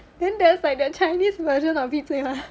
then there's like the chinese version of it 对 mah